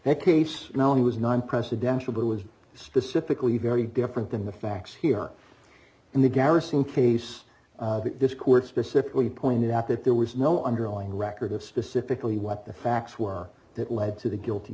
case was non presidential who was specifically very different than the facts here and the garrison case this court specifically pointed out that there was no underlying record of specifically what the facts were that led to the guilty